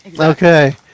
Okay